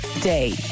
day